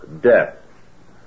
death